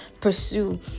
pursue